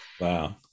wow